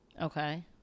Okay